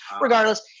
Regardless